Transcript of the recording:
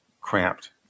cramped